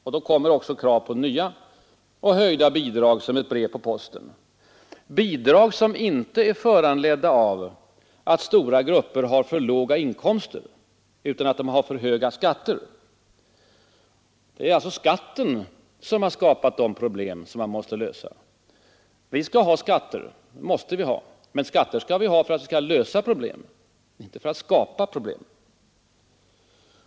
Och då kommer också krav på nya och höjda bidrag som ett brev på posten — bidrag som inte är föranledda av att stora grupper har för låga inkomster utan av att de har för höga skatter. Det är alltså skatten som har skapat de problem som man måste lösa. Vi skall ha skatter — det måste vi ha — men vi skall ha sådana för att lösa problemen, inte för att skapa problem.